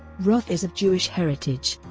roth is of jewish heritage.